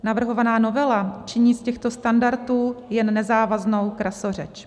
Navrhovaná novela činí z těchto standardů jen nezávaznou krasořeč.